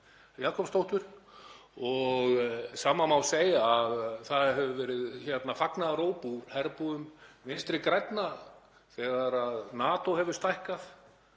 Jakobsdóttur. Einnig má segja að það hafi borist fagnaðaróp úr herbúðum Vinstri grænna þegar NATO hefur stækkað